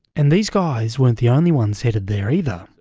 and these guys weren't the only ones headed there either.